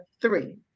three